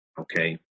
okay